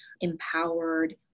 empowered